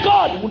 God